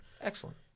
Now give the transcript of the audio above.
Excellent